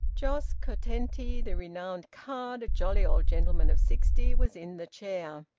jos curtenty, the renowned card, a jolly old gentleman of sixty, was in the chair,